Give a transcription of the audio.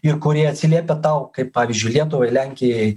ir kurie atsiliepia tau kaip pavyzdžiui lietuvai lenkijai